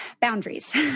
boundaries